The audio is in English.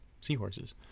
seahorses